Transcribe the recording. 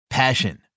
Passion